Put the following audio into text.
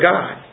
God